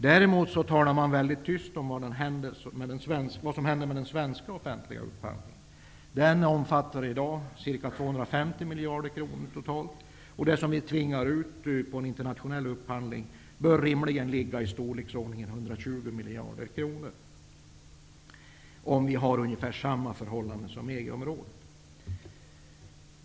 Däremot talas det väldigt tyst om vad som händer med den svenska offentliga upphandlingen, som i dag omfattar totalt ca 250 miljarder kronor. Det som tvingas ut till internationell upphandling bör rimligen vara värt i storleksordningen 120 miljarder kronor, om förhållandena för oss är ungefär som de som gäller för EG-området.